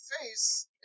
face